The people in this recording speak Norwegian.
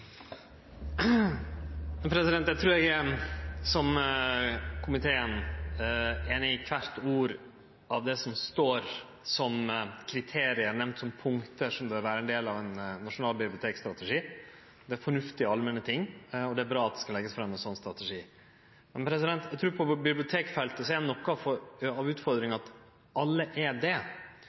Eg trur eg er, som komiteen, einig i kvart ord av det som står som kriterium nemnde som punkt som bør vere ein del av ein nasjonal bibliotekstrategi. Det er fornuftige og allmenne ting, og det er bra at det skal leggjast fram ein slik strategi. Men eg trur at på bibliotekfeltet er noko av utfordringa at alle er det,